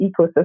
ecosystem